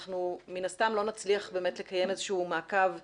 אנחנו מן הסתם לא נצליח לקיים איזה שהוא מעקב ופיקוח.